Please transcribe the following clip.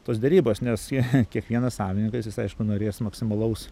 tos derybos nes jie kiekvienas savininkas jis aišku norės maksimalaus